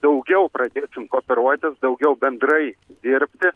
daugiau pradėsim kooperuotis daugiau bendrai dirbti